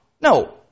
No